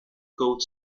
coat